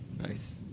nice